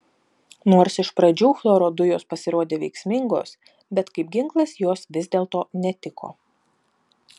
nors iš pradžių chloro dujos pasirodė veiksmingos bet kaip ginklas jos vis dėlto netiko